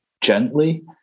gently